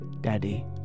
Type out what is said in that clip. Daddy